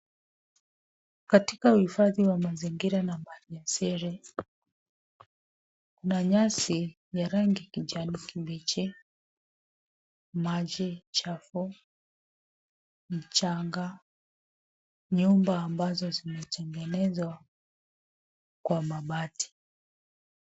Katika uhifadhi wa mazingira na mali asili, kuna nyasi ya rangi kijani kibichi , maji chafu, mchanga , nyumba ambazo zimetengenezwa kwa mabati.